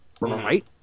right